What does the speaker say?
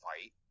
fight